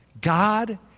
God